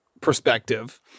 perspective